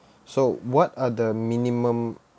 so what are the minimum